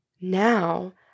now